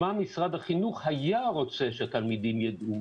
מה משרד החינוך היה רוצה שתלמידים יידעו.